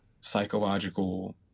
psychological